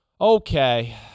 Okay